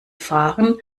fahren